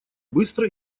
быстро